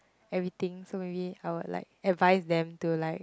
everything so maybe I will like advise them to like